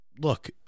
look